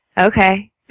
Okay